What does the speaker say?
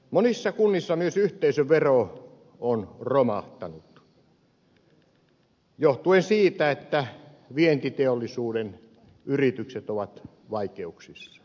monissa kunnissa myös yhteisövero on romahtanut johtuen siitä että vientiteollisuuden yritykset ovat vaikeuksissa